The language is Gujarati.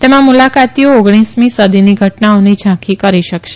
તેમાં મુલાકાતીઓ ઓગણીસમી સદીની ઘટનાઓની ઝાંખી કરી શકશે